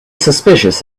suspicious